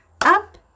up